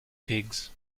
pigs